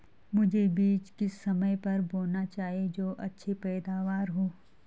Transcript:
मुझे बीज किस समय पर बोना चाहिए जो अच्छी पैदावार हो?